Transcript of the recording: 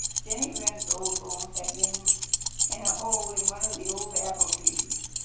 jenny wren's old home had been in a hole in one of the old apple-trees.